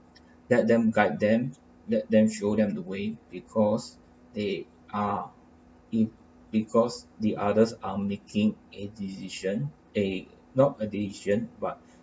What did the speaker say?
let them guide them let them show them the way because they are e~ because the others are making a decision eh not a decision but